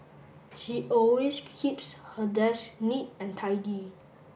she always keeps her desk neat and tidy